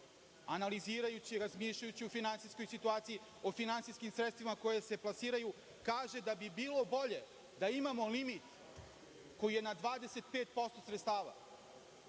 analizirajući, razmišljajući o finansijskoj situaciji, o finansijskim sredstvima koja se plasiraju kaže da bi bilo bolje da imamo limit koji je na 25% sredstava.